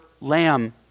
lamb